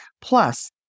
Plus